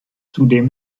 zudem